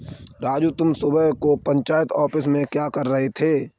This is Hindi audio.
राजू तुम सुबह को पंचायत ऑफिस में क्या कर रहे थे?